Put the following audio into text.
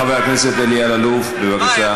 חבר הכנסת אלי אלאלוף, בבקשה.